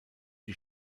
die